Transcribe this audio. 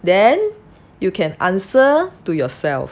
then you can answer to yourself